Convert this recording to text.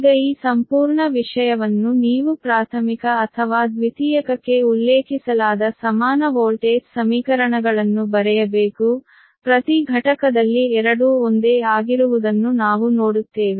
ಈಗ ಈ ಸಂಪೂರ್ಣ ವಿಷಯವನ್ನು ನೀವು ಪ್ರಾಥಮಿಕ ಅಥವಾ ದ್ವಿತೀಯಕಕ್ಕೆ ಉಲ್ಲೇಖಿಸಲಾದ ಸಮಾನ ವೋಲ್ಟೇಜ್ ಸಮೀಕರಣಗಳನ್ನು ಬರೆಯಬೇಕು ಪ್ರತಿ ಘಟಕದಲ್ಲಿ ಎರಡೂ ಒಂದೇ ಆಗಿರುವುದನ್ನು ನಾವು ನೋಡುತ್ತೇವೆ